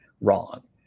wrong